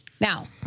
Now